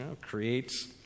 creates